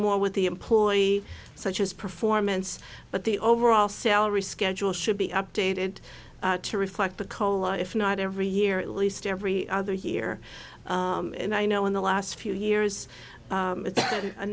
more with the employee such as performance but the overall salary schedule should be updated to reflect the cola if not every year at least every other year and i know in the last few years